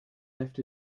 left